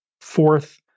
fourth